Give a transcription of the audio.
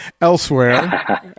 elsewhere